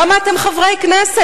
למה אתם נמצאים כאן,